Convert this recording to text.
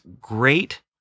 great